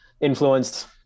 influenced